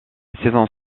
saison